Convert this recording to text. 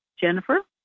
Jennifer